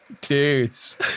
dudes